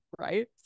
Right